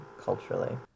culturally